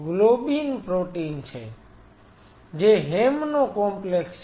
તે એક globin protein છે જે હેમ નો કૉમ્પ્લેક્સ છે